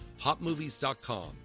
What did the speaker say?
HotMovies.com